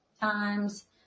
times